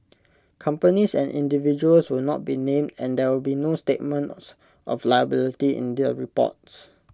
companies and individuals will not be named and there will be no statements of liability in the reports